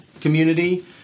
community